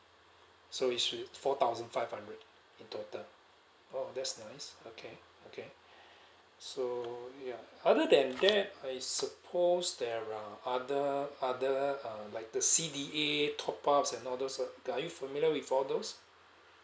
so it should four thousand five hundred in total oh that's nice okay okay so ya other than that I suppose there are other other uh like the C_D_A top up and all those uh are you familiar with all those